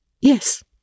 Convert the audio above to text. Yes